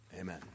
Amen